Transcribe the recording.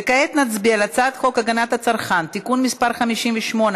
וכעת נצביע על הצעת חוק הגנת הצרכן (תיקון מס' 58),